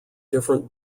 different